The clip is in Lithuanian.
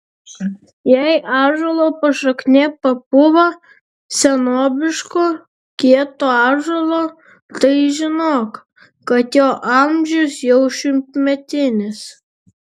jei ąžuolo pašaknė papuvo senobiško kieto ąžuolo tai žinok kad jo amžius jau šimtmetinis